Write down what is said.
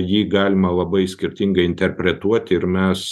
jį galima labai skirtingai interpretuoti ir mes